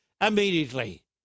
immediately